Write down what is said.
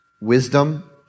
wisdom